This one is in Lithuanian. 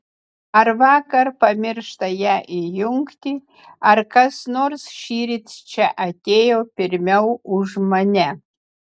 ar vakar pamiršta ją įjungti ar kas nors šįryt čia atėjo pirmiau už mane